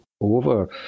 over